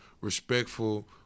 respectful